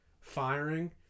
firing